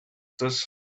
des